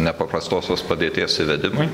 nepaprastosios padėties įvedimui